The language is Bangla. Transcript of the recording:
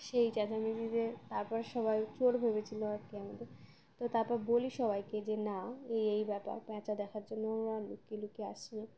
সেই চেঁচামেচি যে তারপর সবাই চোর ভেবেছিলো আর কি আমাদের তো তারপর বলি সবাইকে যে না এই এই ব্যাপার পেঁচা দেখার জন্য ওরা লুকিয়ে লুকিয়ে আসা